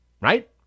Right